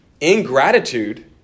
Ingratitude